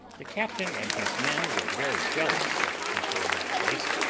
the captain and his men were very jealous of the people of that place,